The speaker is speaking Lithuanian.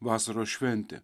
vasaros šventė